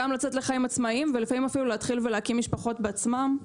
גם לצאת לחיים עצמאיים ולפעמים אפילו להתחיל ולהקים משפחות בעצמם.